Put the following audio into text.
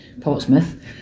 Portsmouth